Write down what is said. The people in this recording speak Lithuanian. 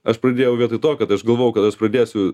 aš pradėjau vietoj to kad aš galvojau kad aš pradėsiu